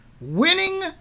winning